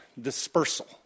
dispersal